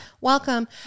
Welcome